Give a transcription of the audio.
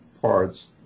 parts